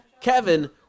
Kevin